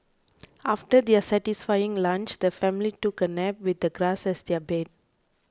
after their satisfying lunch the family took a nap with the grass as their bed